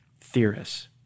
theorists